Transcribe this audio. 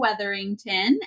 Weatherington